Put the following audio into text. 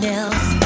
else